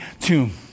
tomb